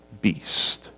beast